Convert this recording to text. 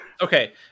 Okay